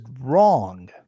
wrong